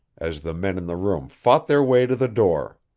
as the men in the room fought their way to the door.